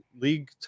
league